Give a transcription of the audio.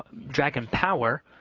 dragon power.